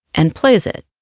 and plays it